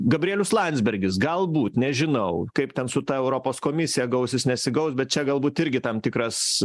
gabrielius landsbergis galbūt nežinau kaip ten su ta europos komisija gausius nesigaus bet čia galbūt irgi tam tikras